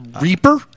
Reaper